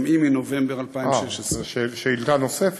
גם היא מנובמבר 2016. אה, שאילתה נוספת?